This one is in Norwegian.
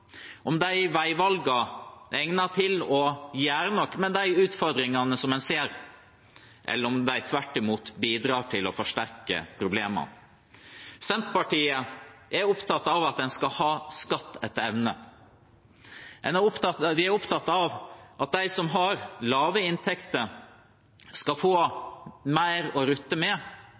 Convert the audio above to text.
om de veivalgene er egnet til å gjøre noe med de utfordringene en ser, eller om de tvert imot bidrar til å forsterke problemene. Senterpartiet er opptatt av at en skal skatte etter evne. Vi er opptatt av at de som har lave inntekter, skal få mer å rutte med,